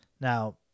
Now